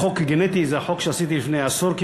התשע"ג 2013,